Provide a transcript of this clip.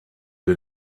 den